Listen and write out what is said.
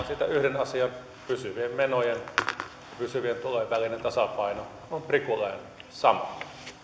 siitä vain yhden asian pysyvien menojen ja pysyvien tulojen välinen tasapaino on prikulleen sama